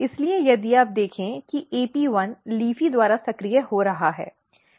इसलिए यदि आप देखें कि AP1 LEAFY द्वारा सक्रिय हो रहा है